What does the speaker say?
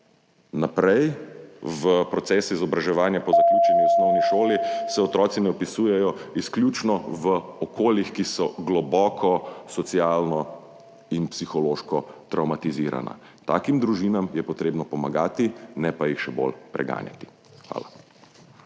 naprej. V proces izobraževanja po zaključeni osnovni šoli se otroci ne vpisujejo izključno v okoljih, ki so globoko socialno in psihološko travmatizirana. Takim družinam je treba pomagati, ne pa jih še bolj preganjati. Hvala.